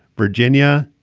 virginia.